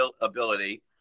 ability